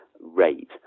rate